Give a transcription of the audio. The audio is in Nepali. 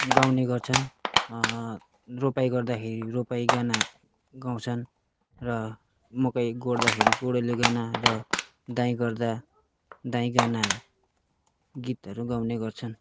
गाउने गर्छन् रोपाईँ गर्दाखेरि रोपाईँ गाना गाउँछन् र मकै गोढ्दाखेरि गोढेलो गाना र दाइँ गर्दा दाइँ गाना गीतहरू गाउने गर्छन्